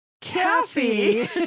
Kathy